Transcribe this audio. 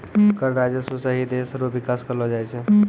कर राजस्व सं ही देस रो बिकास करलो जाय छै